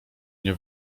nie